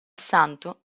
santo